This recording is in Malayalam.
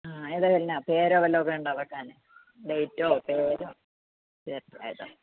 ആ അതിൽപിന്നെ പേരോ വല്ലതും ഉണ്ടോ വെക്കാൻ ഡേയ്റ്റോ പേരോ